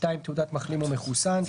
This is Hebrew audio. תעודת מחלים או מחוסן,